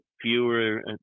fewer